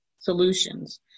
solutions